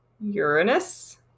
Uranus